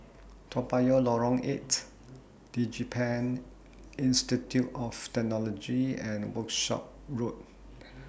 Toa Payoh Lorong eight Digipen Institute of Technology and Workshop Road